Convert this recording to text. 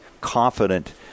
confident